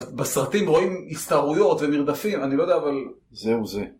בסרטים רואים הסתערויות ומרדפים, אני לא יודע אבל... זהו זה.